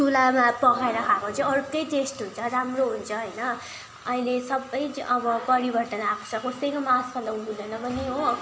चुल्हामा पकाएर खाएको चाहिँ अर्कै टेस्ट हुन्छ राम्रो हुन्छ होइन अहिले सबै अब परिवर्तन आएको छ कसैकोमा आजकल लाउनु हुँदैन पनि हो